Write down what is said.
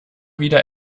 wieder